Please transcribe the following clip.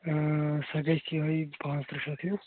سۄ گژھِ یِہَے پانٛژٕترٕٛہ شَتھ ہیٛوٗ